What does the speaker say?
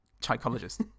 psychologist